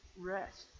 rest